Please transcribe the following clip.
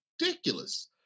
ridiculous